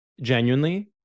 Genuinely